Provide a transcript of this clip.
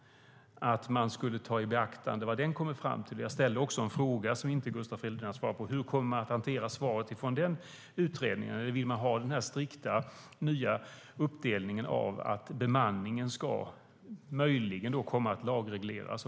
Ska man ta i beaktande vad den kommer fram till? Jag ställde också en fråga som Gustav Fridolin inte har svarat på. Hur kommer man att hantera svaret från den utredningen? Eller vill man ha den här strikta nya uppdelningen? Bemanningen ska då möjligen komma att lagregleras.